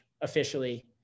officially